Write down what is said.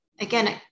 again